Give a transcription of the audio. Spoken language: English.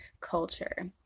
culture